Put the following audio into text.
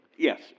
Yes